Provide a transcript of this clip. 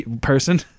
Person